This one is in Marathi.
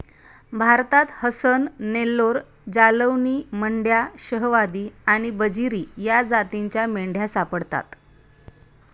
भारतात हसन, नेल्लोर, जालौनी, मंड्या, शाहवादी आणि बजीरी या जातींच्या मेंढ्या सापडतात